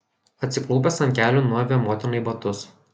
atsiklaupęs ant kelių nuavė motinai batus